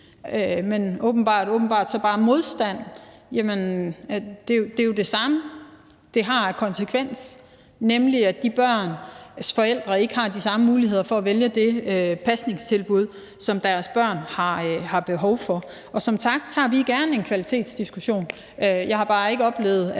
men åbenbart så bare modstand, har det jo den samme konsekvens, nemlig at de børns forældre ikke har de samme muligheder for at vælge det pasningstilbud, som deres børn har behov for. Som tak tager vi gerne en kvalitetsdiskussion. Jeg har bare ikke oplevet,